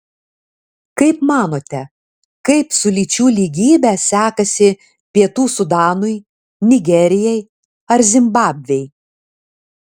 kaip manote kaip su lyčių lygybe sekasi pietų sudanui nigerijai ar zimbabvei